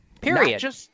Period